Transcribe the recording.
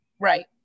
Right